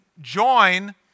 join